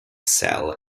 sell